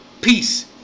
Peace